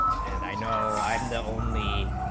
and i know i'm the only